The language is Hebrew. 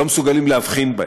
לא מסוגלים להבחין בהם.